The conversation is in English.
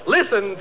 Listen